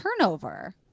turnover